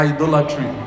Idolatry